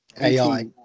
AI